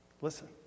Listen